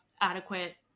adequate